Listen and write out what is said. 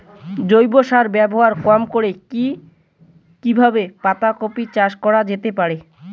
জৈব সার ব্যবহার কম করে কি কিভাবে পাতা কপি চাষ করা যেতে পারে?